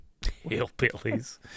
Hillbillies